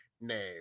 name